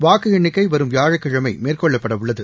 வாக்கு எண்ணிக்கை வரும் வியாழக்கிழமை மேற்கொள்ளப்படவுள்ளது